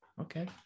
Okay